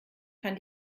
kann